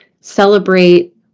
celebrate